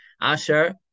Asher